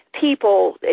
People